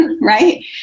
right